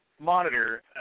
monitor